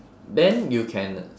then you can